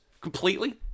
completely